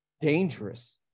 Dangerous